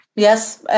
Yes